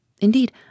Indeed